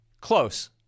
Close